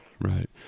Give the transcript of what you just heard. Right